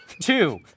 Two